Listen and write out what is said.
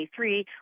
2023